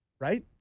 right